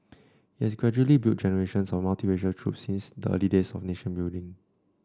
it has gradually built generations of multiracial troops since the early days of nation building